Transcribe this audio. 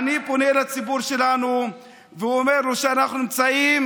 הסתיים, ובינתיים אתה נכשל בו.